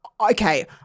okay